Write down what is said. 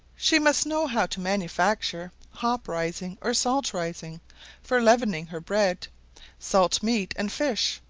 she must know how to manufacture hop-rising or salt-rising for leavening her bread salting meat and fish,